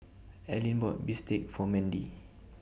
Allyn bought Bistake For Mendy